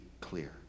clear